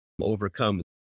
overcome